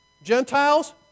Gentiles